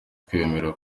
kwemera